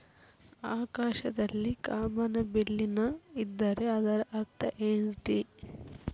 ಆಕಾಶದಲ್ಲಿ ಕಾಮನಬಿಲ್ಲಿನ ಇದ್ದರೆ ಅದರ ಅರ್ಥ ಏನ್ ರಿ?